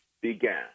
began